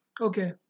Okay